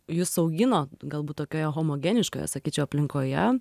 jus augino galbūt tokioje homogeniškoje sakyčiau aplinkoje